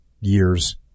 years